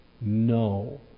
No